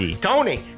Tony